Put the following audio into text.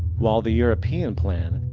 while the european plan.